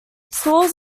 stores